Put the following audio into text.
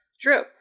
true